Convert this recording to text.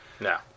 No